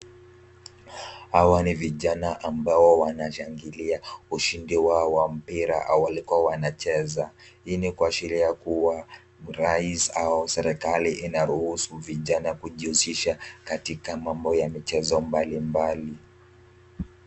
Hawa ni vijana ambao wanashangilia ushindi wao wa mpira walikuwa wanacheza. Hii ni kuashiria kuwa Rais au serikali ina ruhusu vijana kujihusisha katika mambo ya michezwa mbalimbali.